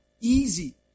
easy